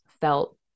felt